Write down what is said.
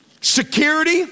security